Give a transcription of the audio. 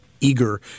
eager